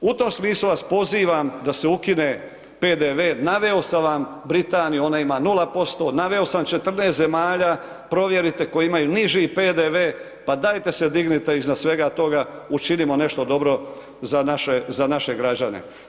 U tom smislu vas pozivam da se ukine PDV, naveo sam vam Britaniju, ona ima 0%, naveo sam 14 zemalja, provjerite koji imaju niži PDV, pa dajte se dignite iznad svega toga, učinimo nešto dobro za naše građane.